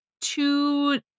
two